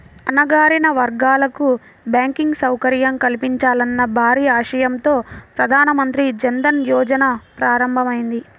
అణగారిన వర్గాలకు బ్యాంకింగ్ సౌకర్యం కల్పించాలన్న భారీ ఆశయంతో ప్రధాన మంత్రి జన్ ధన్ యోజన ప్రారంభమైంది